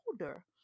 older